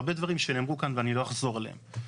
הרבה דברים שנאמרו כאן ואני לא אחזור עליהם.